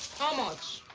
how much?